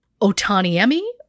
Otaniemi